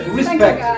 respect